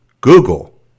Google